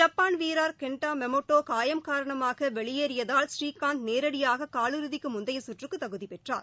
Japan வீரர் Kento Momota காயம் காரணமாக வெளியேறியதால் ஸ்ரீகாந்த் நேரடியாக கால் இறுதிக்கு முந்தைய சுற்றுக்கு தகுதிபெற்றார்